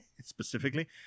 specifically